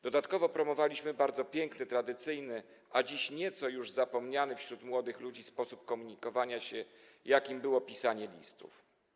Dodatkowo promowaliśmy bardzo piękny, tradycyjny, a dziś nieco już zapomniany wśród młodych ludzi sposób komunikowania się, jakim było pisanie listów.